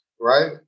Right